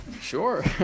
Sure